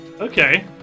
Okay